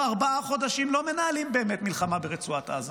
ארבעה חודשים לא מנהלים באמת מלחמה ברצועת עזה,